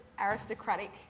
aristocratic